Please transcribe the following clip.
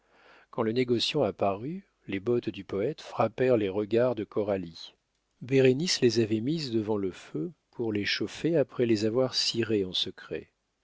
quand le négociant apparut les bottes du poète frappèrent les regards de coralie bérénice les avait mises devant le feu pour les chauffer après les avoir cirées en secret